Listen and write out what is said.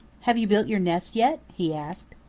have you built your nest yet? he asked.